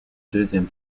deuxième